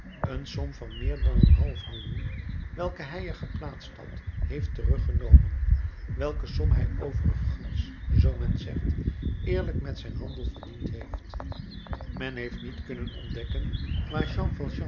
een som van meer dan een half millioen welke hij er geplaatst had heeft teruggenomen welke som hij overigens zoo men zegt eerlijk met zijn handel verdiend heeft men heeft niet kunnen ontdekken